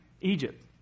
Egypt